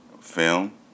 film